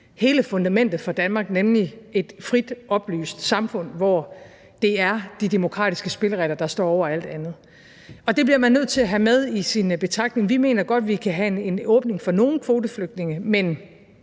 hele fundamentet for Danmark, nemlig et frit og oplyst samfund, hvor det er de demokratiske spilleregler, der står over alt andet. Det bliver man nødt til at have med i sin betragtning. Vi mener godt, at vi kan have en åbning for nogle kvoteflygtninge, men